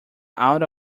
out